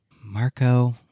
Marco